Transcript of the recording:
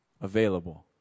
Available